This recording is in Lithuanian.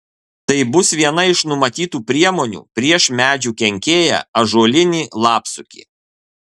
tai bus viena iš numatytų priemonių prieš medžių kenkėją ąžuolinį lapsukį